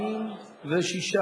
התשע"ב 2011,